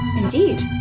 Indeed